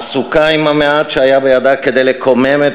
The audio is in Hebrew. עסוקה עם המעט שהיה בידה כדי לקומם את